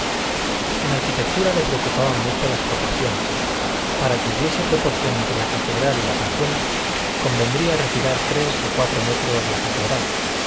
en arquitectura le preocupaban mucho las proporciones para que hubiese proporción entre la catedral y la plazuela convendría retirar tres o cuatro metros la catedral